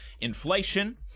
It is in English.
inflation